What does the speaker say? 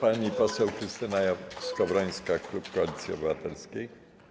Pani poseł Krystyna Skowrońska, klub Koalicji Obywatelskiej.